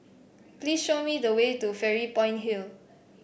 please show me the way to Fairy Point Hill